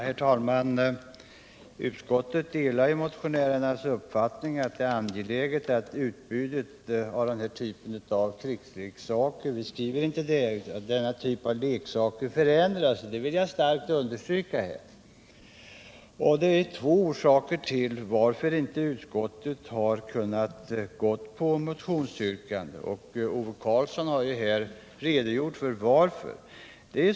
Herr talman! Utskottet delar motionärernas uppfattning att utbudet av den här typen av leksaker bör förändras. Det vill jag starkt understryka. Det är två orsaker till att utskottet inte har kunnat tillstyrka motionen. Ove Karlsson har här redogjort för dem.